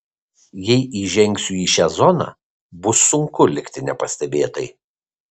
jei įžengsiu į šią zoną bus sunku likti nepastebėtai